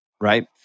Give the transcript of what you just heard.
right